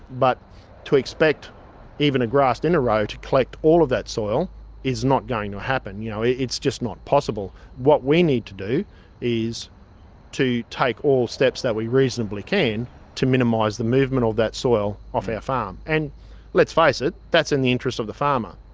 but to expect even a grassed inter-row ah to collect all of that soil is not going to happen, you know, it's just not possible. what we need to do is to take all steps that we reasonably can to minimise the movement of that soil off our farm. and let's face it, that's in the interest of the farmer.